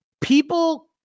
people